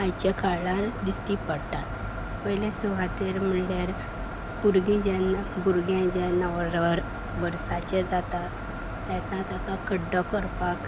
आयचे काळार दिश्टी पडटात पयले सुवातेर म्हणल्यार भुरगीं जेन्ना भुरगें जेन्ना वर्साचें जाता तेन्ना ताका खड्डो करपाक